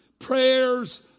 prayers